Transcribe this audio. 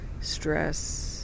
stress